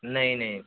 नहीं नहीं